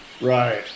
Right